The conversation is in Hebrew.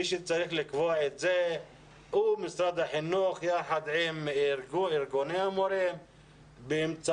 מי שצריך לקבוע את זה הוא משרד החינוך יחד עם ארגוני המורים באמצעות